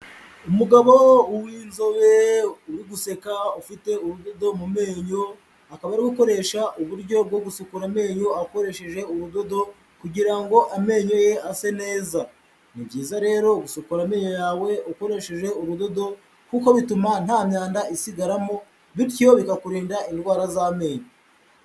Umugabo w'inzobe uri guseka ufite ubudodo mu menyo, akaba ari gukoresha uburyo bwo gusukura amenyo akoresheje ubudodo kugira ngo amenyo ye ase neza, ni byiza rero gusukura amenyo yawe ukoresheje urudodo kuko bituma nta myanda isigaramo bityo bikakurinda indwara z'amenyo.